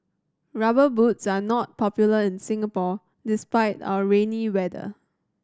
Rubber Boots are not popular in Singapore despite our rainy weather